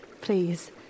please